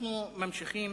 אנחנו ממשיכים